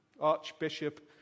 Archbishop